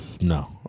No